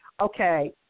okay